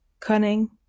Cunning